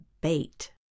bait